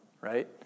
right